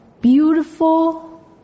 beautiful